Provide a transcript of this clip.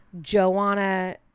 Joanna